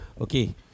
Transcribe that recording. Okay